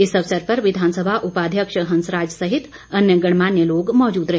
इस अवसर पर विधानसभा उपाध्यक्ष हंसराज सहित अन्य गणमान्य लोग मौजूद रहे